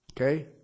okay